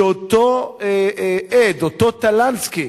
שאותו עד, אותו טלנסקי,